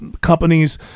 companies